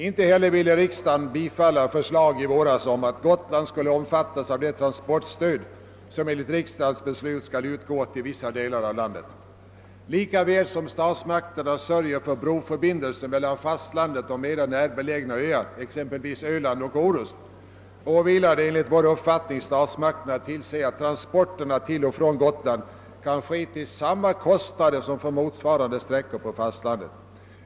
Inte heller ville riksdagen bifalla förslag i våras om att Gotland skulle omfattas av det transportstöd som enligt riksdagens beslut skall utgå till vissa delar av landet. Lika väl som statsmakterna sörjer för broförbindelse mellan fastlandet och mera närbelägna öar, exempelvis Öland och Orust, åvilar det enligt vår uppfattning statsmakterna att tillse att transporterna till och från Gotland kan ske till samma kostnader som för motsvarande sträckor på fastlandet.